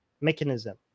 mechanism